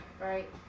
Right